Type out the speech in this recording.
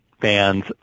fans